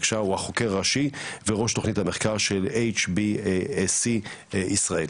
הוא החוקר הראשי וראש תוכנית המחקר של HBSC ישראל.